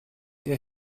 ihr